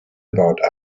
about